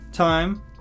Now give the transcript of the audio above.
time